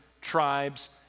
tribes